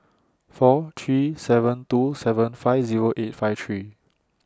four three seven two seven five Zero eight five three